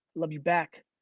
love you back.